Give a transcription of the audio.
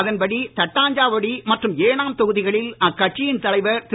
அதன்படி தட்டாஞ்சாவடி மற்றும் ஏனாம் தொகுதிகளில் அக்கட்சியின் தலைவர் திரு